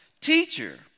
teacher